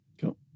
Cool